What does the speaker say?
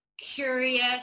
curious